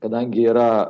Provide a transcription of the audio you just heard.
kadangi yra